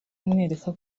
umwereka